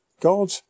God